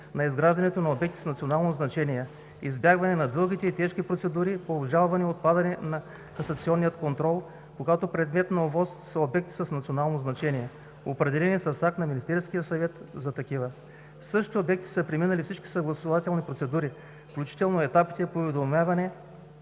на изграждането на обекти с национално значение, избягване на дългите и тежки процедури по обжалване и отпадане на касационния контрол, когато предмет на ОВОС са обекти с национално значение, определени с акт на Министерски съвет за такива. Същите обекти са преминали всички съгласувателни процедури, включително етапите по уведомяване